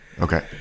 Okay